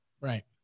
Right